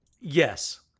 Yes